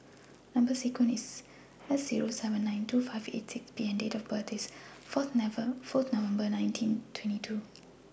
Number sequence IS S Zero seven nine two five eight six P and Date of birth IS four November nineteen twenty two